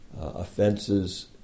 offenses